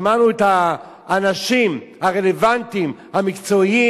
שמענו את האנשים המקצועיים